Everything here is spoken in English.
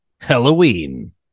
Halloween